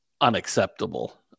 unacceptable